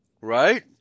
right